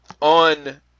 on